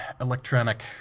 electronic